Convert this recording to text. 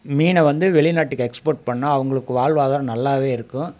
மீனை வந்து வெளிநாட்டுக்கு எக்ஸ்போர்ட் பண்ணால் அவங்களுக்கு வாழ்வாதாரம் நல்லாவே இருக்கும்